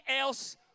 else